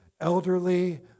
elderly